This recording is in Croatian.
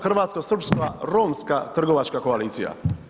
Hrvatsko-srpska-romska trgovačka koalicija.